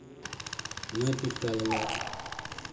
मारि पीट कए लेलक